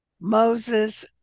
moses